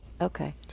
Okay